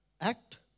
act